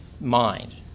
mind